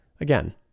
Again